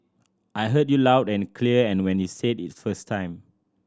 I heard you loud and clear when you said it the first time